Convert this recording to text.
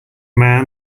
man